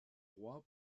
roi